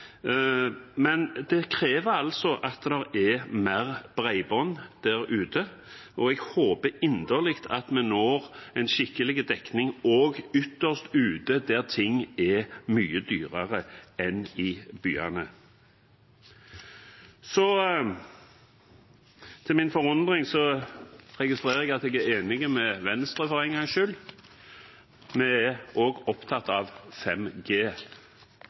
Men det krever at det er mer bredbånd der ute, og jeg håper inderlig at vi får skikkelig dekning også ytterst ute der ting er mye dyrere enn i byene. Til min forundring registrerer jeg at jeg er enig med Venstre for en gangs skyld. Vi er også opptatt av